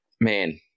man